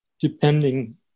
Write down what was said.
depending